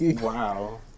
Wow